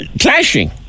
clashing